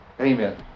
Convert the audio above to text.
Amen